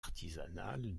artisanale